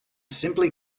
simply